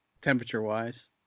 temperature-wise